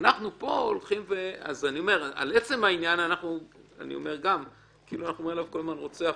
אנחנו כאילו אומרים עליו כל הזמן "רוצח",